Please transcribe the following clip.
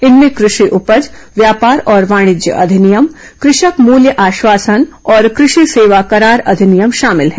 इनमें कृषि उपज व्यापार और वाणिज्य अधिनियम कृषक मूल्य आश्वासन और कृषि सेवा करार अधिनियम शामिल है